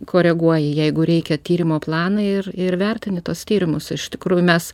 koreguoji jeigu reikia tyrimo planą ir ir vertini tuos tyrimus iš tikrųjų mes